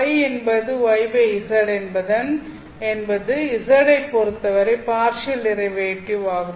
Ø மற்றும் γγz என்பது z ஐப் பொறுத்தவரை பார்ஷியல் டிரைவேட்டிவ் ஆகும்